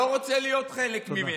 לא רוצה להיות חלק ממנה.